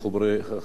מדובר,